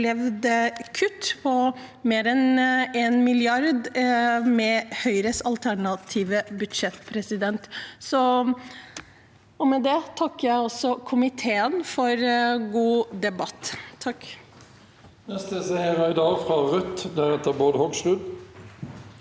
opplevd kutt på mer enn en milliard, med Høyres alternative budsjett. Med det takker jeg også komiteen for en god debatt. Seher